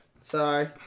Sorry